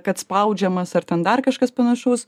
kad spaudžiamas ar ten dar kažkas panašaus